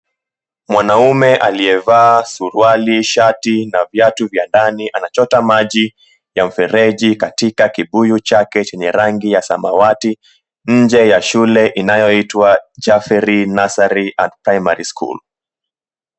Mwanaume aliyevaa suruali, shati na viatu vya ndani anachota maji ya mfereji katika kibuyu chake chenye rangi ya samawati nje ya shule inayoitwa Jaffery Nursery and Primary School.